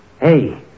Hey